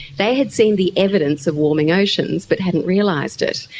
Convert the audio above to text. they had seen the evidence of warming oceans but hadn't realised it.